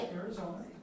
Arizona